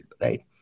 right